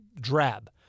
drab